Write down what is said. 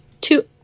Two